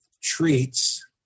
treats